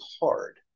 hard